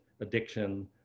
addiction